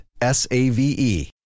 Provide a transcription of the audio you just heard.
S-A-V-E